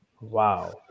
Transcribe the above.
wow